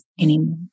anymore